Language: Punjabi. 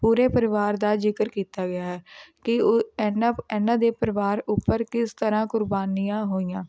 ਪੂਰੇ ਪਰਿਵਾਰ ਦਾ ਜ਼ਿਕਰ ਕੀਤਾ ਗਿਆ ਹੈ ਕਿ ਉ ਇਹਨਾਂ ਇਹਨਾਂ ਦੇ ਪਰਿਵਾਰ ਉੱਪਰ ਕਿਸ ਤਰ੍ਹਾਂ ਕੁਰਬਾਨੀਆਂ ਹੋਈਆਂ